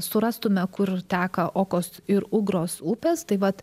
surastume kur teka okos ir ugros upės tai vat